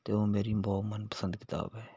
ਅਤੇ ਉਹ ਮੇਰੀ ਬਹੁਤ ਮਨਪਸੰਦ ਕਿਤਾਬ ਹੈ